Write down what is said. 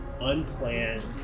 unplanned